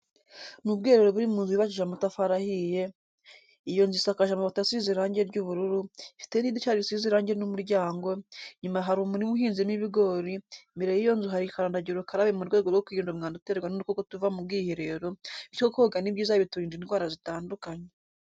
Ni ubwiherero buri mu nzu yubakishijwe amatafari ahiye, iyo nzu isakaje amabati asize irange ry'ubururu, ifite n'idirishya risize irange n'umuryango, inyuma hari umurima uhinzemo ibigori, imbere y'iyo nzu hari kandagira ukarabe mu rwego rwo kwirinda umwanda uterwa n'udukoko tuva mu bwiherero, bityo koga ni byiza biturinda indwara zitandukanye.